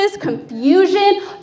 confusion